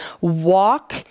walk